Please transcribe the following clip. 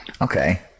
Okay